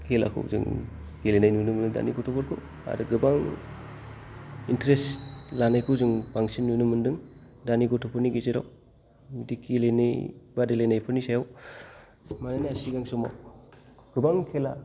खेलाखौ जों गेलेनाय नुनो मोनो दानि ग'थ'फोरखौ आरो गोबां इन्टारेस्त लानायखौ जों बांसिन नुनो मोनदों दानि गथ'फोरनि गेजेराव बिदि गेलेनाय बादायलायनायफोरनि सायाव मानोना सिगां समाव गोबां खेला